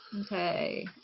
Okay